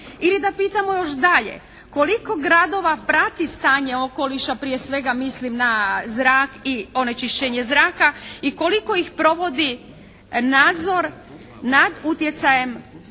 Ili da pitamo još dalje, koliko gradova prati stanje okoliša, prije svega mislim na zrak i onečišćenje zraka i koliko ih provodi nadzor nad utjecajem prometa